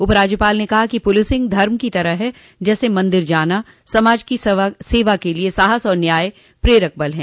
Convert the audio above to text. उप राज्यपाल ने कहा कि पुलिसिंग धर्म की तरह है जैसे मंदिर जाना समाज की सेवा करने के लिये साहस और न्याय प्रेरक बल है